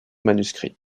manuscrit